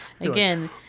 Again